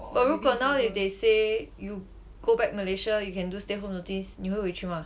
but 如果 now if they say you go back malaysia you can do stay home notice 你会回去 mah